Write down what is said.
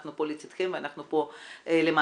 אנחנו פה לצדכם ואנחנו פה למענכם.